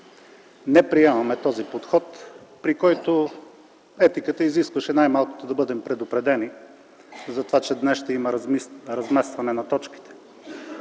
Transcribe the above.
не приемаме този подход, при който етиката изискваше най-малкото да бъдем предупредени, че днес ще има разместване на точките.